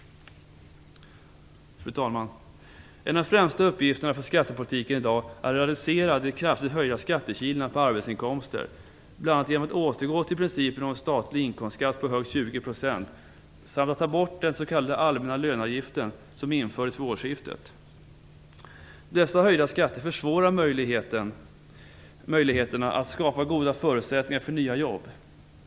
Fru talman! En av de främsta uppgifterna för skattepolitiken i dag är att reducera de kraftigt höjda skattekilarna på arbetsinkomster, bl.a. genom att återgå till principen om en statlig inkomstskatt på högst 20 % samt att ta bort den s.k. allmänna löneavgiften som infördes vid årsskiftet. Dessa höjda skatter försvårar möjligheterna att skapa goda förutsättningar för nya jobb.